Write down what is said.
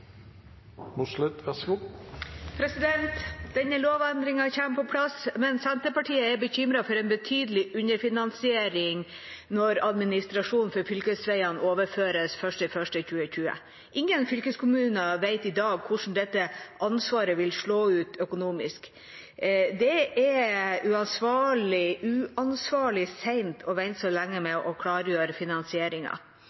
Denne lovendringen kommer på plass, men Senterpartiet er bekymret for en betydelig underfinansiering når administrasjonen for fylkesveiene overføres 1. januar 2020. Ingen fylkeskommuner vet i dag hvordan dette ansvaret vil slå ut økonomisk. Det er uansvarlig sent å vente så lenge